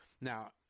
Now